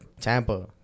Tampa